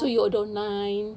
so you order online